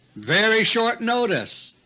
very short notice,